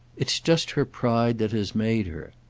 it's just her pride that has made her.